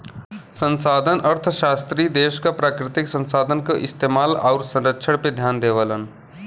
संसाधन अर्थशास्त्री देश क प्राकृतिक संसाधन क इस्तेमाल आउर संरक्षण पे ध्यान देवलन